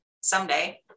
someday